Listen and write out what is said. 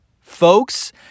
Folks